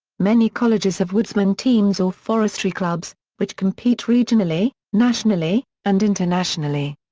many colleges have woodsmen teams or forestry clubs, which compete regionally, nationally, and internationally.